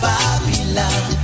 Babylon